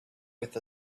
with